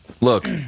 Look